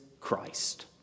Christ